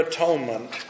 Atonement